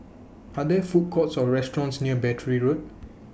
Are There Food Courts Or restaurants near Battery Road